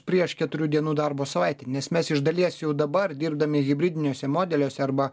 prieš keturių dienų darbo savaitę nes mes iš dalies jau dabar dirbdami hibridiniuose modeliuose arba